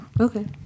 Okay